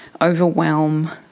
overwhelm